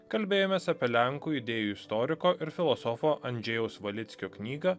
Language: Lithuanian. kalbėjomės apie lenkų idėjų istoriko ir filosofo andžejaus valickio knygą